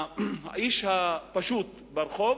האיש הפשוט ברחוב